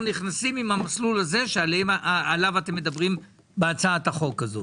אנחנו נכנסים עם המסלול הזה עליו אתם מדברים בהצעת החוק הזאת.